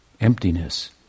emptiness